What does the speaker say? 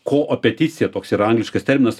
koopeticija toks yra angliškas terminas